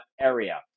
area